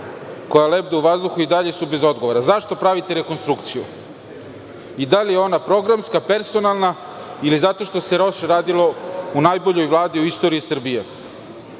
koja lebde u vazduhu i dalje su bez odgovora. Zašto pravite rekonstrukciju i da li je ona programska, personalna ili zato što se loše radilo u najboljoj Vladi u istoriji Srbije? Po